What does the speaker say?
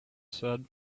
said